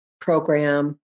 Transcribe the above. program